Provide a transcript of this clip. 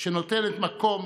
שנותנת מקום